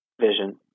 vision